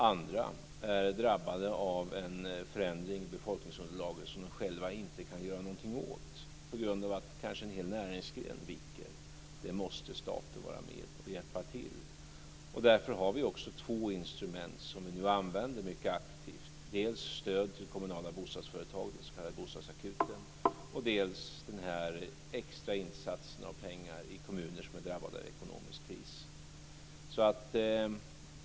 Andra är drabbade av en förändring i befolkningsunderlaget som de själva inte kan göra något åt, kanske på grund av att en hel näringsgren viker. Där måste staten vara med och hjälpa till. Därför har vi två instrument som vi använder mycket aktivt, dels stöd till kommunala bostadsföretag, den s.k. bostadsakuten, dels den extra insatsen av pengar i kommuner som är drabbade av ekonomisk kris.